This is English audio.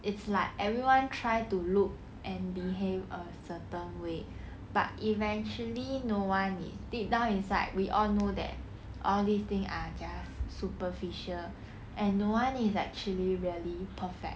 it's like everyone try to look and behave a certain way but eventually no one is deep down inside we all know that all these thing are just superficial and no one is actually really perfect